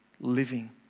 living